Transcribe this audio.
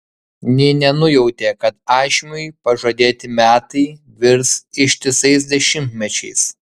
nė nenujautė kad ašmiui pažadėti metai virs ištisais dešimtmečiais